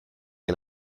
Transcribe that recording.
and